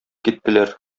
киттеләр